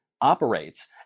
operates